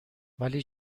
ولی